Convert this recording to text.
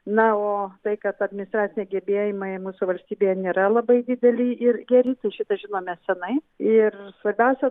na o tai kad administraciniai gebėjimai mūsų valstybėje nėra labai dideli ir geri tai šitą žinome senai ir svarbiausia